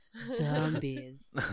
Zombies